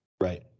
Right